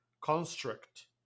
construct